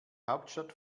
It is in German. hauptstadt